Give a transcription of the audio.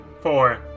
Four